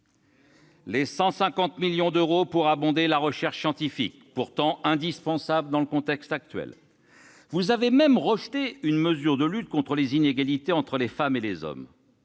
les 150 millions d'euros visant à abonder la recherche scientifique, pourtant indispensable dans le contexte actuel. Vous avez même rejeté une mesure de lutte contre les inégalités entre les femmes et les hommes,